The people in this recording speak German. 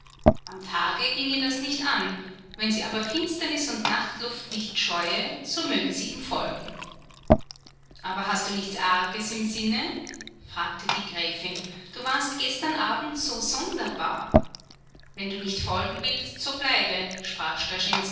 am tage ginge das nicht an wenn sie aber finsternis und nachtluft nicht scheue so möge sie ihm folgen aber hast du nichts arges im sinne fragte die gräfin du warst gestern abends so sonderbar wenn du nicht folgen willst so bleibe sprach